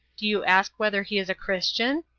do you ask whether he is a christian?